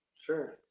Sure